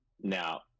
Now